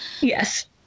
Yes